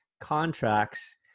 contracts